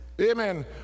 amen